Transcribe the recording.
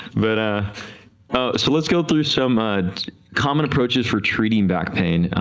but ah so let's go through some ah common approaches for treating back pain,